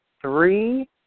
three